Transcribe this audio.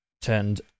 turned